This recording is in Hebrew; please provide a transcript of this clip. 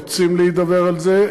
רוצים להידבר על זה,